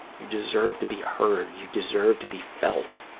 you deserve to be heard. you deserve to be felt.